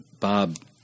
Bob